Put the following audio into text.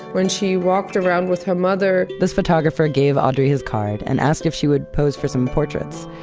when she walked around with her mother. this photographer gave audrey his card and asked if she would pose for some portraits.